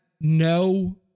no